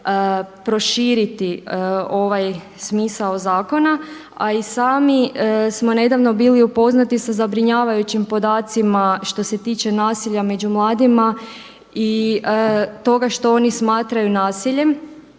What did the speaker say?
proširiti ovaj smisao zakona. A i sami smo nedavno bili upoznati sa zabrinjavajućim podacima što se tiče nasilja među mladima i toga što oni smatraju nasiljem.